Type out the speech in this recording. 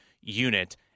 unit